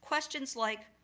questions like,